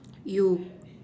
you